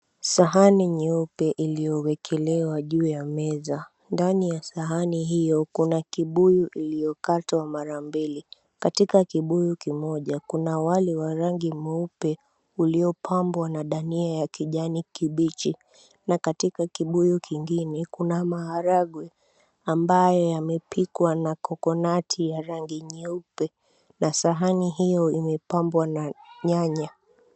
Sahani nyeupe iliyowekelea juu ya meza. Ndani ya sahani hiyo kuna kibuyu iliyokatwa mara mbili. Katika kibuyu kimoja kuna wali wa rangi mweupe uliopambwa na dania ya kijani kibichi na katika kibuyu kingine kuna maharagwe ambayo yamepikwa na coconuti ya rangi nyeupe na sahani hiyo imepamwa na nyanya.